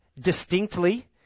distinctly